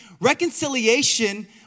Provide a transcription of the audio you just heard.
reconciliation